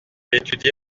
étudie